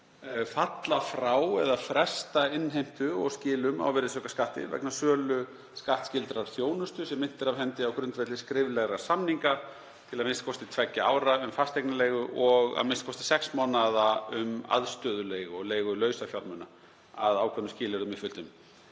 falla frá eða fresta innheimtu og skilum á virðisaukaskatti, vegna sölu skattskyldrar þjónustu sem innt er af hendi á grundvelli skriflegra samninga til a.m.k. tveggja ára um fasteignaleigu og a.m.k. sex mánaða um aðstöðuleigu og leigu lausafjármuna, að ákveðnum skilyrðum uppfylltum.